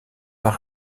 pas